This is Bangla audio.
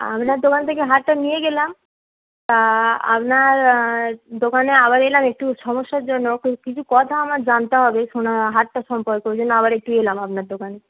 আপনার দোকান থেকে হারটা নিয়ে গেলাম তা আপনার দোকানে আবার এলাম একটু সমস্যার জন্য কিছু কথা আমার জানতে হবে সোনা হারটা সম্পর্কে ওই জন্য আবার একটু এলাম আপনার দোকানে